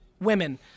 women